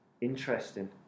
interesting